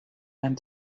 and